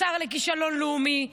השר לכישלון לאומי,